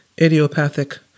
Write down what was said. Idiopathic